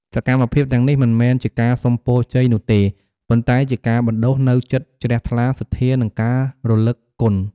សកម្មភាពទាំងនេះមិនមែនជាការសុំពរជ័យនោះទេ ប៉ុន្តែជាការបណ្ដុះនូវចិត្តជ្រះថ្លា សទ្ធា និងការរលឹកគុណ។